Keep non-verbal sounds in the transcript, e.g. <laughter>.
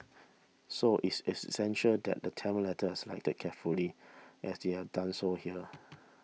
so it's it's essential that the Tamil letters selected carefully as they have done so here <noise>